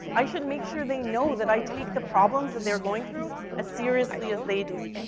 i should make sure they know that i take the problems that they're going through as seriously as they do.